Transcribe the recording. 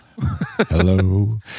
Hello